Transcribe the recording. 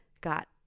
got